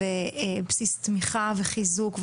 בסיס תמיכה וחיזוק,